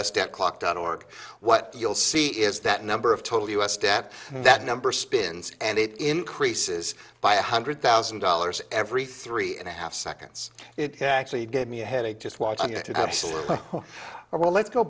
debt clock dot org what you'll see is that number of total u s debt that number spins and it increases by a hundred thousand dollars every three and a half seconds it actually gave me a headache just watching absolutely well let's go